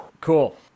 Cool